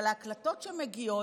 אבל ההקלטות שמגיעות,